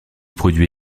produit